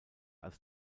als